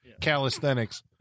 calisthenics